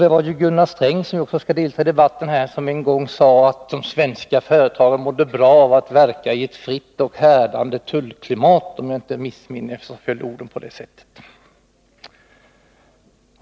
Det var Gunnar Sträng, som också skall delta i denna debatt, som en gång sade att de svenska företagen mådde bra av att verka i ett fritt och härdande tullklimat — om jag inte missminner mig, föll orden på det sättet.